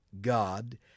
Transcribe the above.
God